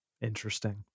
Interesting